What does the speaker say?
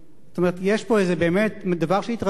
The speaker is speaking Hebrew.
יש פה איזה דבר שהתרגלנו אליו,